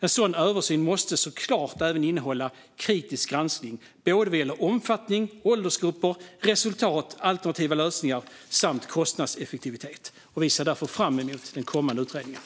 En sådan översyn måste såklart även innehålla kritisk granskning av omfattning, åldersgrupper, resultat, alternativa lösningar samt kostnadseffektivitet. Vi ser därför fram emot den kommande utredningen.